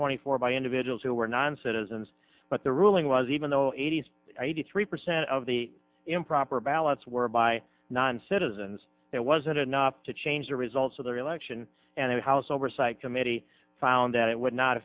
twenty four by individuals who were non citizens but the ruling was even though eighty's eighty three percent of the improper ballots were by non citizens that wasn't enough to change the results of the election and the house oversight committee found that it would not